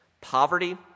poverty